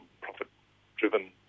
profit-driven